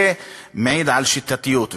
זה מעיד על שיטתיות.